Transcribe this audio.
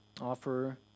offer